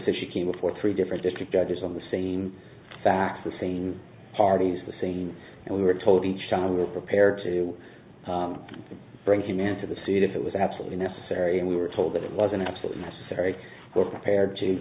issue came before three different district judges on the same facts the same parties the scene and we were told each time we were prepared to bring him into the suit if it was absolutely necessary and we were told that it was an absolutely necessary we're prepared to